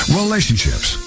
relationships